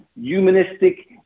humanistic